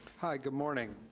hi, good morning.